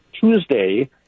Tuesday